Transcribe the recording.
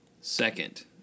second